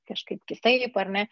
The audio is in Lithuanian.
kažkaip kitaip ar ne